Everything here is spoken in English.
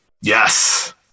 Yes